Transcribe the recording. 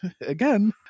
again